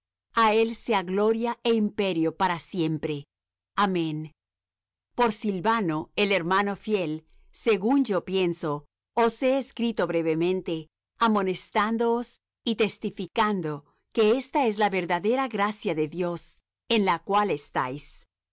a él sea gloria é imperio para siempre amén por silvano el hermano fiel según yo pienso os he escrito brevemente amonestándo os y testificando que ésta es la verdadera gracia de dios en la cual estáis